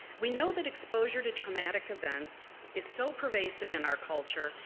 we know that exposure to traumatic events is so pervasive in our culture,